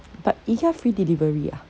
but ikea free delivery ah